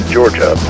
Georgia